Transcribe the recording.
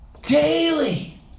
daily